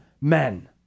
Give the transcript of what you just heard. men